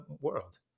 world